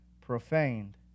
profaned